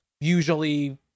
usually